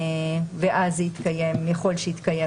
ואז יתקיים, יכול שיתקיים